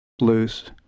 loose